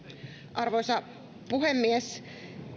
arvoisa puhemies